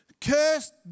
Cursed